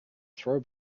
throw